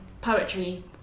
poetry